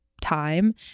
time